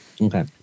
okay